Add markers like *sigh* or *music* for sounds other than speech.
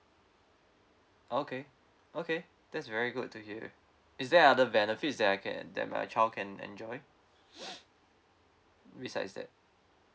okay okay that's very good to hear is there other benefits that I can that my child can enjoy *noise* besides that